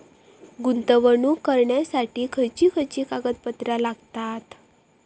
गुंतवणूक करण्यासाठी खयची खयची कागदपत्रा लागतात?